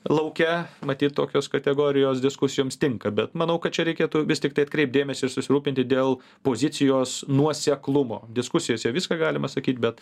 lauke matyt tokios kategorijos diskusijoms tinka bet manau kad čia reikėtų vis tiktai atkreipt dėmesį ir susirūpinti dėl pozicijos nuoseklumo diskusijose viską galima sakyt bet